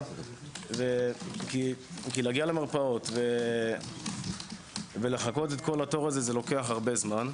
כי להגיע למרפאות ולחכות את כל התור זה לוקח זמן.